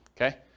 okay